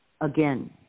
again